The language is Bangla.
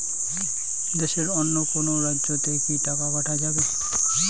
দেশের অন্য কোনো রাজ্য তে কি টাকা পাঠা যাবে?